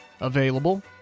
available